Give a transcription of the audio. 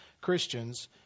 Christians